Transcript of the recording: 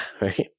right